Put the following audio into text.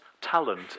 talent